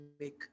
make